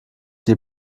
die